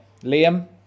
Liam